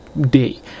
day